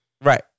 Right